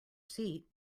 seat